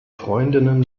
freundinnen